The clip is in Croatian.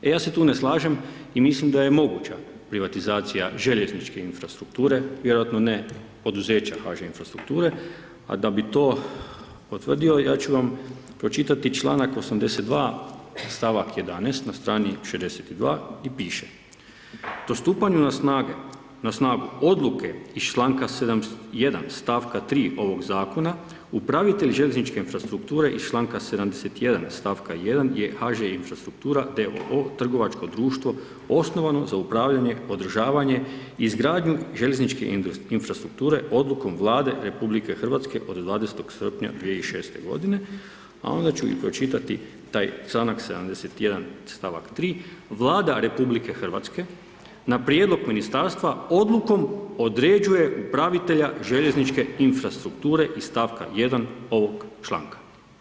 Ja se tu ne slažem i mislim da je moguća privatizacija željezničke infrastrukture, vjerojatno ne poduzeća HŽ infrastrukture, a da bi to potvrdio, ja ću vam pročitati članak 82. stavak 11. na strani 62 piše, postupanje na snagu odluke iz čl. 701, stavka 3 ovog zakona, upravitelj željezničke infrastrukture, iz čl. 71. stavka 1 je HŽ infrastruktura d.o.o. trgovačko društvo osnovano za upravljanje, podržavanje, izgradnju željezničke infrastrukture, odlukom vlade RH, od … srpnja 2006. godine a onda ću i pročitati taj članak 71. stavak 3. Vlada RH na prijedlog Ministarstva, odlukom određuje upravitelja željezničke infrastrukture, iz stavka 1 ovog članka.